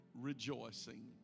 rejoicing